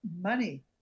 money